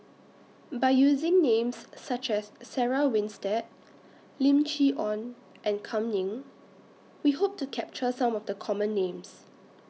By using Names such as Sarah Winstedt Lim Chee Onn and Kam Ning We Hope to capture Some of The Common Names